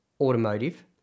automotive